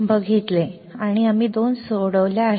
आम्ही MOSFET साठी एक किंवा दोन समस्या सोडवल्या आहेत